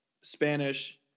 Spanish